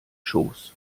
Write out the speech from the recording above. schoß